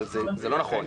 אבל זה לא נכון.